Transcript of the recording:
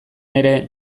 ere